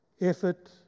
effort